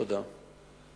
תודה.